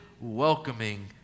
welcoming